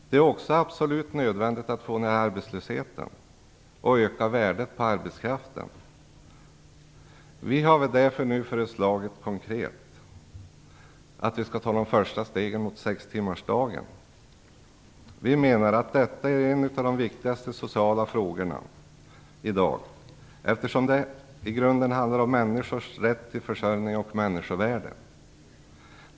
Det är också absolut nödvändigt att få ned arbetslösheten och att öka värdet på arbetskraften. Därför har vi nu konkret föreslagit att man skall ta de första stegen mot sextimmarsdagen. Vi menar att detta är en av de viktigaste sociala frågorna i dag, eftersom det i grunden handlar om människors rätt till försörjning och människovärde.